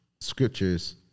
scriptures